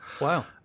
Wow